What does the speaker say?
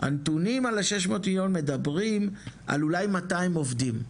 הנתונים על ה- 600 מיליון מדברים על אולי 200 עובדים,